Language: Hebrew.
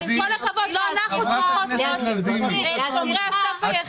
אבל עם כל הכבוד לא אנחנו צריכות להיות שומרי הסף היחידות.